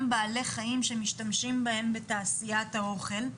בעלי חיים שמשתמשים בהם בתעשיית האוכל,